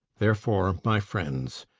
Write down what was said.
therefore, my friends,